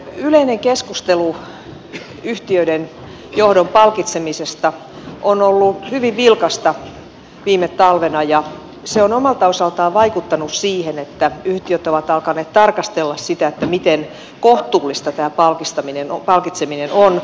yleinen keskustelu yhtiöiden johdon palkitsemisesta on ollut hyvin vilkasta viime talvena ja se on omalta osaltaan vaikuttanut siihen että yhtiöt ovat alkaneet tarkastella sitä miten kohtuullista tämä palkitseminen on